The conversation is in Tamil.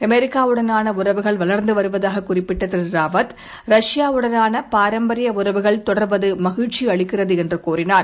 அமெரிக்காவுடனான உறவுகள் வளர்ந்து வருவதாக குறிப்பிட்ட திரு ராவத் ரஷ்யாவுடனான பாரம்பரிய உறவுகள் தொடர்வது மகிழ்ச்சி அளிக்கிறது என்று கூறினார்